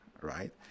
right